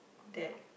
that